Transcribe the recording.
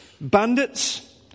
Bandits